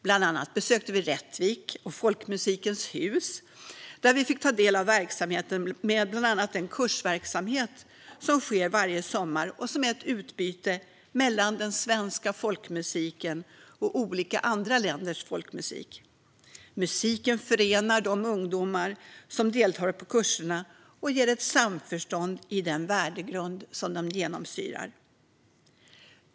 Bland annat besökte vi Rättvik och Folkmusikens hus, där vi fick ta del av bland annat den kursverksamhet som sker varje sommar och som är ett utbyte mellan den svenska folkmusiken och andra länders folkmusik. Musiken förenar de ungdomar som deltar i kurserna och ger ett samförstånd genom den värdegrund som genomsyrar dem.